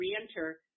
reenter